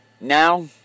Now